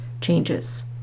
changes